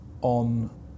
on